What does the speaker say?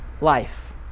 life